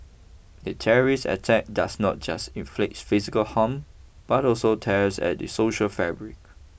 a terrorist attack does not just inflict physical harm but also tears at the social fabric